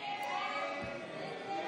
הסתייגות 14 לא נתקבלה.